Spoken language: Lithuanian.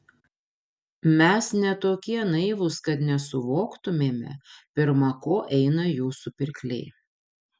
mes ne tokie naivūs kad nesuvoktumėme pirma ko eina jūsų pirkliai